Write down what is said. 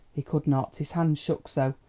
he could not, his hand shook so.